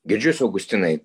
girdžiu jus augustinai